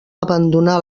abandonar